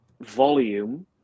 volume